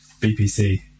BPC